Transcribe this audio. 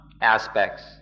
aspects